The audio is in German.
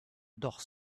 doch